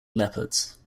leopards